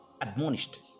admonished